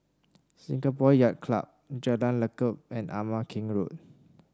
Singapore Yacht Club Jalan Lekub and Ama Keng Road